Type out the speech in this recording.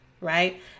right